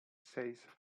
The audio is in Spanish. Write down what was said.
seis